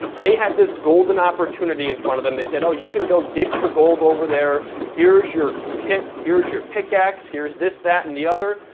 they had this golden opportunity in front of them, they said, oh, you can go dig for gold over there, here's your kit, here's your pickax, here's this, that, and the other,